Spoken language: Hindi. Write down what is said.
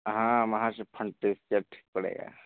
हाँ वहाँ से फंटे पड़ेगा